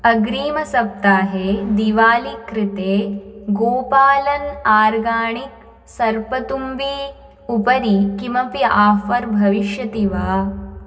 अग्रिमसप्ताहे दिवालिकृते गोपालन् आर्गाणिक् सर्पतुम्बी उपरि किमपि आफ़र् भविष्यति वा